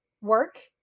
Work